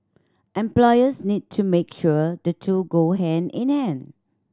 employers need to make sure the two go hand in hand